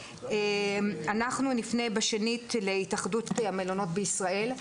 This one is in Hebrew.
נפנה בשנית להתאחדות המלונות בישראל.